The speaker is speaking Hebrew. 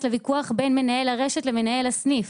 לוויכוח בין מנהל הרשת למנהל הסניף.